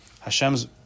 Hashem's